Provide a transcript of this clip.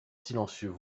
silencieux